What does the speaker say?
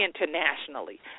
internationally